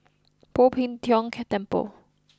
Poh Tiong Kiong Temple